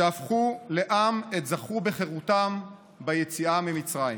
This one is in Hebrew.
שהפכו לעם עת זכו בחירותם ביציאה ממצרים,